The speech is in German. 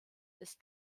ist